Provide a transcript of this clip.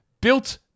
built